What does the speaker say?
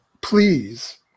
please